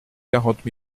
quarante